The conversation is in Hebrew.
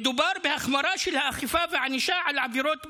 מדובר בהחמרה של האכיפה והענישה על עבירות בנייה.